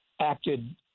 acted